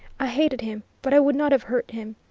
i hated him, but i would not have hurt him.